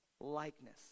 Likeness